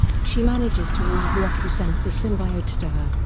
she manages to warn brock who sends the symbiote to her,